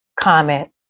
comment